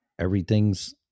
everything's